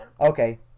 Okay